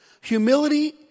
Humility